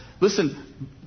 Listen